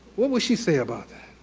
what would she say about that.